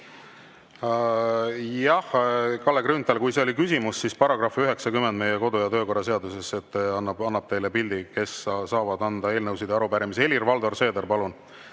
Kalle Grünthal, kui see oli küsimus, siis § 90 meie kodu- ja töökorra seaduses annab teile pildi, kes saavad anda eelnõusid ja arupärimisi. Helir-Valdor Seeder, palun,